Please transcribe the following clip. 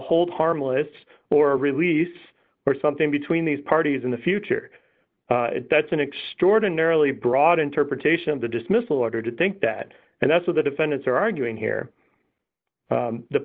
hold harmless or release or something between these parties in the future that's an extraordinarily broad interpretation of the dismissal order to think that and that's what the defendants are arguing here